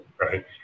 right